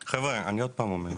חבר'ה, אני עוד פעם אומר,